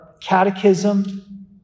catechism